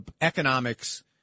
economics